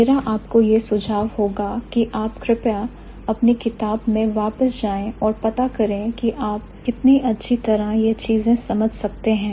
मेरा आपको यह सुझाव होगा कि आप कृपया अपनी किताब में वापस जाएं और पता करें कि आप कितनी अच्छी तरह यह चीजें समझ सकते हैं